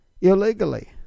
illegally